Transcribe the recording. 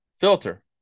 filter